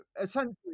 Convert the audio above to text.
Essentially